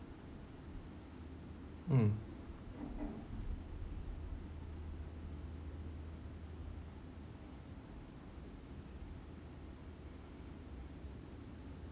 mm